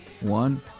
one